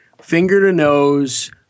finger-to-nose